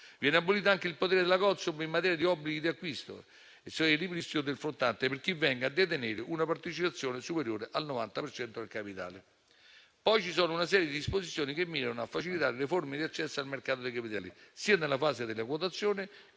Viene abolito anche il potere della Consob in materia di obblighi di acquisto e ripristino del flottante per chi venga a detenere una partecipazione superiore al 90 per cento del capitale. Ci sono poi una serie di disposizioni che mirano a facilitare le forme di accesso al mercato dei capitali sia nella fase delle quotazioni,